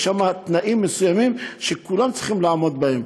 יש שם תנאים מסוימים שכולם צריכים לעמוד בהם.